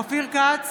אופיר כץ,